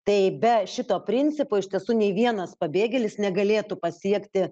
tai be šito principo iš tiesų nei vienas pabėgėlis negalėtų pasiekti